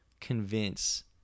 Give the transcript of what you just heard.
convince